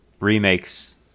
Remakes